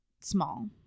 small